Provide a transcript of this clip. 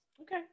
Okay